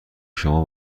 شما